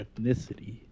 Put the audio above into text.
ethnicity